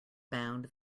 bound